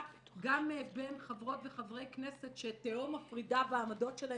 גם בין חברות וחברי כנסת שתהום מפרידה בעמדות שלהם